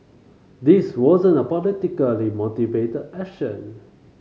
this wasn't a politically motivated action